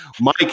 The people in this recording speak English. Mike